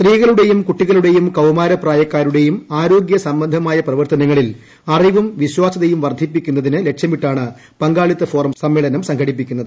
സ്ത്രീകളുടെയും കുട്ടികളുടെയും കൌമാരക്കാരുടെയും ആരോഗൃ സംബന്ധമായ പ്രവർത്തനങ്ങളിൽ അറിവും വിശ്വാസ്വതയും വർദ്ധിപ്പിക്കുന്നതിന് ലക്ഷ്യമിട്ടാണ് പങ്കാളിത്ത ഫോറം സമ്മേളനം സംഘടിപ്പിക്കുന്നത്